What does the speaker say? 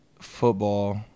football